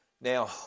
Now